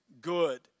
good